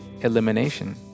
elimination